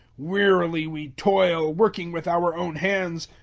wearily we toil, working with our own hands.